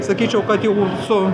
sakyčiau kad jau su